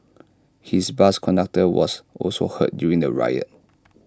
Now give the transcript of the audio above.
his bus conductor was also hurt during the riot